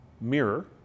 mirror